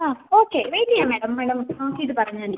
ആ okay wait ചെയ്യാം madam madam നോക്കിയിട്ട് പറഞ്ഞാൽ മതി